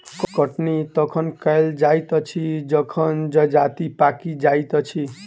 कटनी तखन कयल जाइत अछि जखन जजति पाकि जाइत अछि